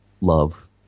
love